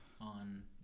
On